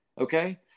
Okay